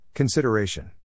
Consideration